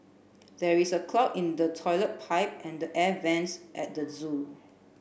there is a clog in the toilet pipe and the air vents at the zoo